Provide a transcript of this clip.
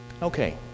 Okay